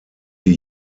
die